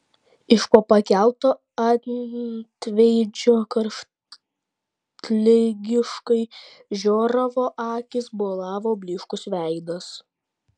iš po pakelto antveidžio karštligiškai žioravo akys bolavo blyškus veidas